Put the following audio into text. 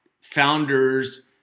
founders